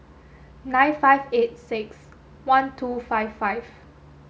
nine five eight six one two five five